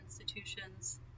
institutions